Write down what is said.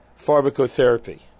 pharmacotherapy